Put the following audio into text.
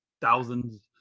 thousands